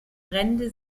brände